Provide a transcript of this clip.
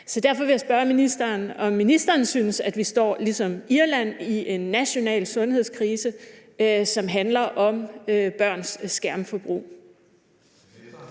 Derfor vil jeg spørge ministeren, om ministeren synes, at vi står ligesom Irland i en national sundhedskrise, som handler om børns skærmforbrug.